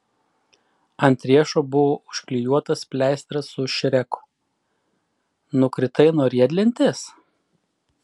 ant riešo buvo užklijuotas pleistras su šreku nukritai nuo riedlentės